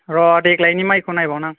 र' देग्लायनि मायखौ नायबावनां